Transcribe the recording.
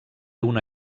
una